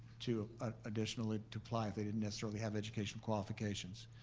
to ah additionally to apply if they didn't necessarily have educational qualifications.